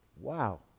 Wow